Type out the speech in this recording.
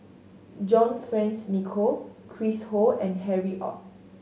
John Fearns Nicoll Chris Ho and Harry Ord